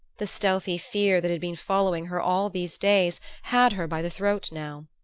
the stealthy fear that had been following her all these days had her by the throat now.